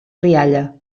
rialla